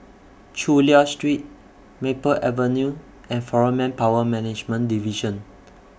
Chulia Street Maple Avenue and Foreign Manpower Management Division